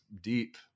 deep